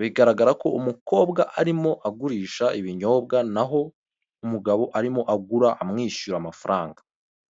Bigaragara ko umukobwa arimo agurisha ibinyobwa, naho umugabo arimo agura amwishyura amafaranga.